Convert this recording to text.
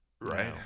Right